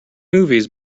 movies